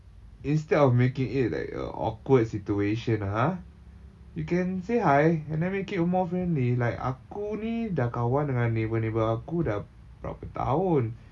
instead of making it like a awkward situation ah you can say hi and then make it more friendly like aku ni dah kawan dengan neighbour neighbour aku dah berapa tahun